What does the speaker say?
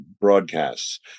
broadcasts